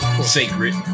Sacred